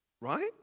right